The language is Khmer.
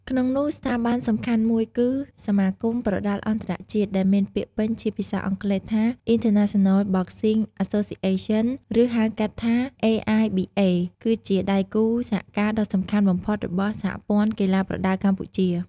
ក្នុងនោះ ស្ថាប័នសំខាន់មួយគឺ សមាគមប្រដាល់អន្តរជាតិ ដែលមានពាក្យពេញជាភាសាអង់គ្លេសថា International Boxing Association ឬ ហៅកាត់ថា AIBA គឺជាដែគូសហការដ៏សំខាន់បំផុតរបស់ សហព័ន្ធកីឡាប្រដាល់កម្ពុជា ។